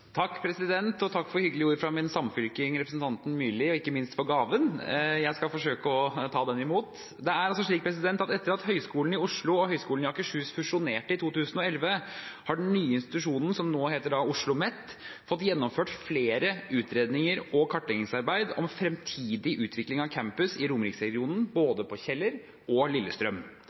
Takk for hyggelige ord fra min samfylking, representanten Myrli, og ikke minst for gaven. Jeg skal forsøke å ta imot den. Det er altså slik at etter at Høgskolen i Oslo og Høgskolen i Akershus fusjonerte i 2011, har den nye institusjonen, som nå heter OsloMet, fått gjennomført flere utrednings- og kartleggingsarbeider om fremtidig utvikling av campus i Romeriksregionen på både Kjeller og Lillestrøm.